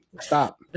stop